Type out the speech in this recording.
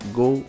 go